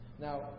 Now